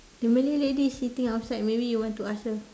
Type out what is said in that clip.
the malay lady is sitting outside maybe you want to ask her